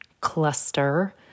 cluster